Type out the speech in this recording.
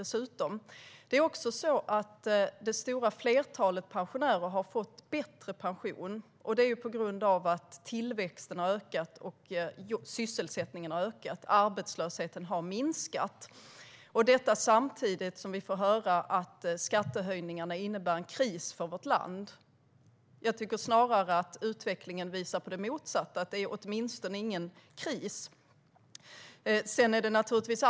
Det stora flertalet pensionärer har fått bättre pension på grund av att tillväxten och sysselsättningen har ökat och arbetslösheten minskat. Samtidigt får vi höra att skattehöjningarna innebär en kris för vårt land. Utvecklingen visar snarare på det motsatta, och det är åtminstone ingen kris.